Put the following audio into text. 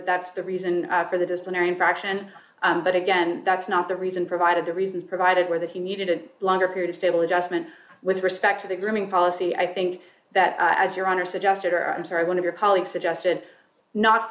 that that's the reason for the disciplinary infraction but again that's not the reason provided the reasons provided were that he needed a longer period of stable jasmine with respect to the grooming policy i think that as your honor suggested or i'm sorry one of your colleagues suggested not